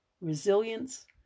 Resilience